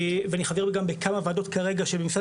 ואני גם חבר בכמה ועדות כרגע של משרד